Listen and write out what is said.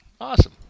Awesome